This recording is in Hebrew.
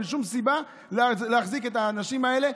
אין שום סיבה להחזיק את האנשים הללו,